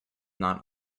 not